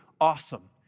awesome